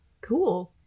cool